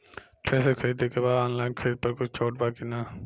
Thresher खरीदे के बा ऑनलाइन खरीद पर कुछ छूट बा कि न?